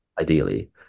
ideally